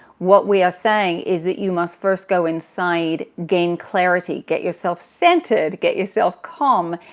what we are saying is that you must first go inside. gain clarity. get yourself centered. get yourself calm,